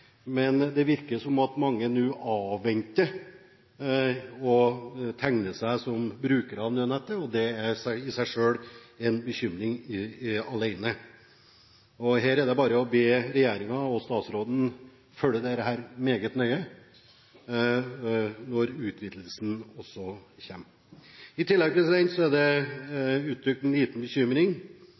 men det virker som om mange nå avventer å tegne seg som brukere av nødnettet, og det er i seg selv en bekymring. Her er det bare å be regjeringen og statsråden følge dette meget nøye, når utvidelsen også kommer. I tillegg er det uttrykt en liten bekymring